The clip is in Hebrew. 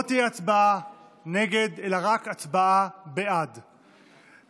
לא תהיה הצבעה נגד אלא רק הצבעה בעד ונמנע.